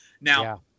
Now